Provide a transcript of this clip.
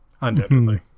Undoubtedly